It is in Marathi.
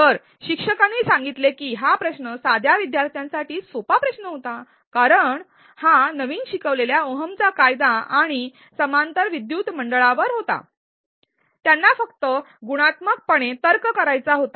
तर शिक्षकांनी सांगितले की हा प्रश्न साध्या विद्यार्थ्यांसाठी सोपा प्रश्न होता कारण हा नवीन शिकवलेल्या ओहमचा कायदा आणि आणि समांतर विद्युत मंडळावर होता आणि त्यांना फक्त गुणात्मक पणे तर्क करायचा होता